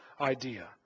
idea